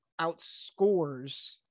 outscores